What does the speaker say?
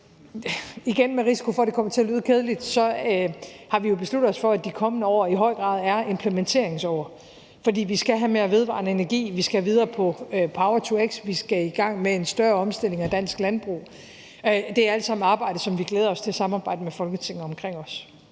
sige – med risiko for, at det kommer til at lyde kedeligt – at vi jo har besluttet os for, at de kommende år i høj grad er implementeringsår, for vi skal have mere vedvarende energi, vi skal videre på power-to-x, og vi skal i gang med en større omstilling af dansk landbrug. Det er alt sammen arbejde, som vi glæder os til at samarbejde med Folketinget omkring også.